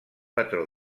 patró